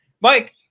Mike